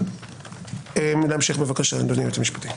אנא המשך בבקשה, אדוני היועץ המשפטי.